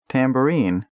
Tambourine